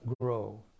grow